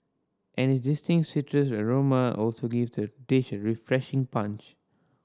and its distinct citrus aroma also gives the dish a refreshing punch